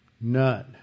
None